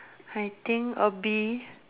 I think a bee